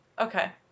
Okay